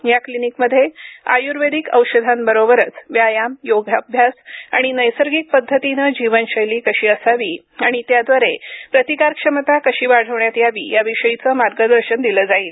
या क्लिनिकमध्ये आयुर्वेदिक औषधांबरोबरच व्यायाम योगाअभ्यास आणि नैसर्गिक पद्धतीने जीवनशैली कशी असावी आणि त्याद्वारे प्रतिकार क्षमता कशी वाढवण्यात यावी याविषयीचं मार्गदर्शन दिलं जाईल